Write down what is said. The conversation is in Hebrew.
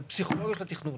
על הפסיכולוגיה של התכנון.